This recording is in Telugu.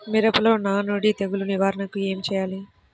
మిరపలో నానుడి తెగులు నివారణకు ఏమి చేయాలి?